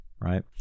right